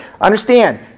Understand